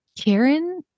Karen